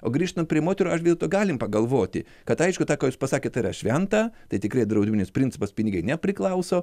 o grįžtant prie moterų aš dėl to galim pagalvoti kad aišku tą ką jūs pasakėt tai yra šventa tai tikrai draudiminis principas pinigai nepriklauso